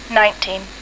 nineteen